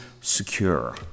secure